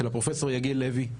של הפרופ' יגל לוי,